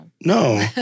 No